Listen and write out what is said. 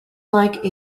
like